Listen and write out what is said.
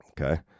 Okay